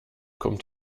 kommt